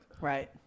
Right